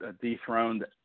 dethroned